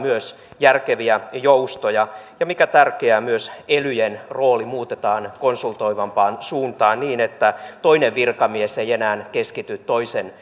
järkeviä joustoja ja mikä tärkeää myös elyjen rooli muutetaan konsultoivampaan suuntaan niin että toinen virkamies ei enää keskity toisen